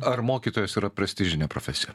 ar mokytojas yra prestižinė profesija